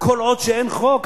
כל עוד אין חוק,